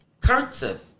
cursive